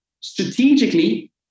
strategically